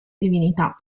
divinità